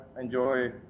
enjoy